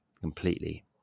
completely